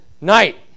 night